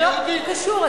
לא קשור.